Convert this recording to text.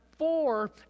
four